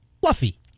Fluffy